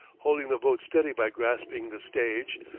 holding the boat steady by grasping the stage,